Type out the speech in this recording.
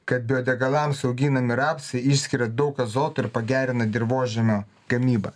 kad biodegalams auginami rapsai išskiria daug azoto ir pagerina dirvožemio gamybą